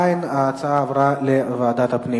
ההצעה להעביר את הנושא לוועדת הפנים